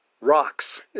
rocks